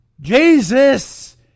Jesus